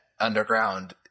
underground